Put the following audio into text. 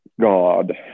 god